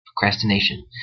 Procrastination